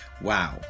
Wow